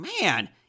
man